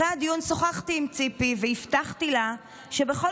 אחרי הדיון שוחחתי עם ציפי והבטחתי לה שבכל